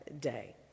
day